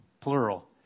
plural